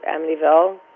amityville